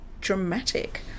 dramatic